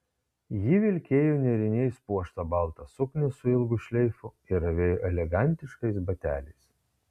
ji vilkėjo nėriniais puoštą baltą suknią su ilgu šleifu ir avėjo elegantiškais bateliais